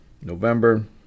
November